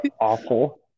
awful